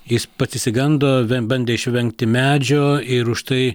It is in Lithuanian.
jis pats išsigando bandė išvengti medžio ir už tai